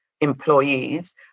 employees